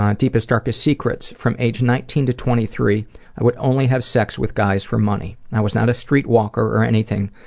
um deepest, darkest secrets? from age nineteen to twenty three i would only have sex with guys for money. and i was not a streetwalker or anything,